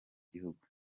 gihugu